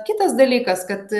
kitas dalykas kad